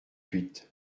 huit